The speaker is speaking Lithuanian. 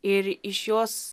ir iš jos